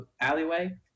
alleyway